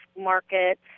market